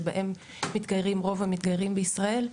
שבהם מתגיירים רוב המתגיירים בישראל,